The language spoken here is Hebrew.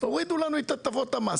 הורידו לנו את הטבות המס.